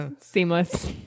Seamless